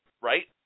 right